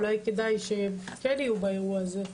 אולי כדאי שהם כן יהיו באירוע הזה.